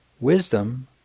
wisdom